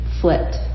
flipped